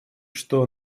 что